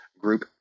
group